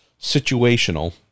situational